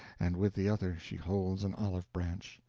and with the other she holds an olive branch.